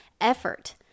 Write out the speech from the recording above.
effort